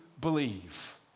believe